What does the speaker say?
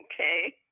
Okay